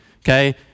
okay